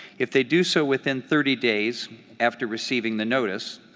if they do so within thirty days after receiving the notice,